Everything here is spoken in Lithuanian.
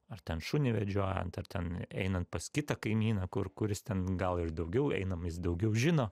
ar ten šunį vedžiojant ar ten einant pas kitą kaimyną kur kuris ten gal ir daugiau einam jis daugiau žino